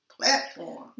platform